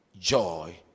joy